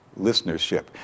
listenership